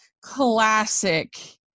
classic